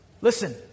Listen